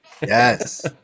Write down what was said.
Yes